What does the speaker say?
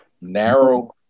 Narrow